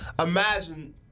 Imagine